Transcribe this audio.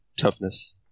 toughness